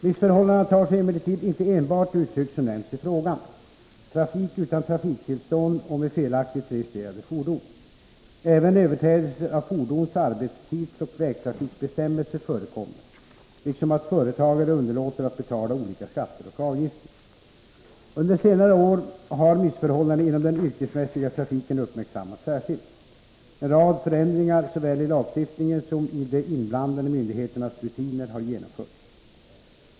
Missförhållandena tar sig emellertid inte enbart de uttryck som nämns i frågan — trafik utan trafiktillstånd och med felaktigt registrerade fordon. Även överträdelser av fordons-, arbetstidsoch vägtrafikbestämmelser förekommer, liksom att företagare underlåter att betala olika skatter och avgifter. Under senare år har missförhållandena inom den yrkesmässiga trafiken uppmärksammats särskilt. En rad förändringar, såväl i lagstiftningen som i de inblandade myndigheternas rutiner, har genomförts.